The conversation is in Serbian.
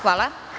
Hvala.